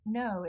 no